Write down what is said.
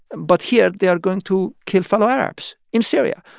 but here they are going to kill fellow arabs in syria.